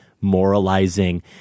moralizing